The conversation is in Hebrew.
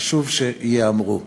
חשוב שייאמרו.